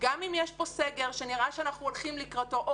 גם אם יש פה סגר שנראה שאנחנו הולכים לקראתו,